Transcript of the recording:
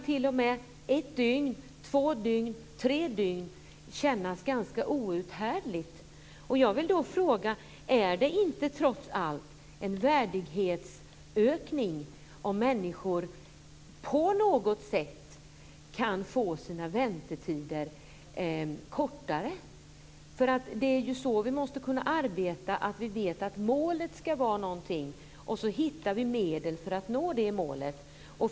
T.o.m. ett, två eller tre dygn kan kännas outhärdliga. Är det inte trots allt en värdighetsökning om människor på något sätt kan få kortare väntetid? Vi måste kunna arbeta mot ett mål och hitta medel för att nå det målet.